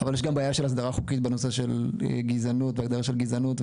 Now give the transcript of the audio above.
אבל יש גם בעיה של הסדרה חוקית בנושא של גזענות והגדרה של גזענות,